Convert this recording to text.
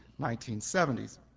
1970s